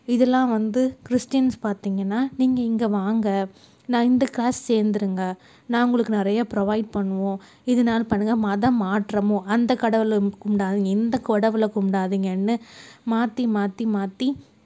இதெலாம் வந்து கிறிஸ்டின்ஸ் பார்த்திங்கன்னா நீங்கள் இங்கே வாங்க நான் இந்த கேஸ்ட் சேர்ந்துருங்க நாங்கள் உங்களுக்கு நிறையா ப்ரொவாய்ட் பண்ணுவோம் இதெல்லாம் பண்ணுங்க மத மாற்றமும் அந்த கடவுளை கும்பிடாதிங்க இந்த கடவுளை கும்பிடாதிங்கன்னு மாற்றி மாற்றி மாற்றி